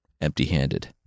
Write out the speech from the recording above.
empty-handed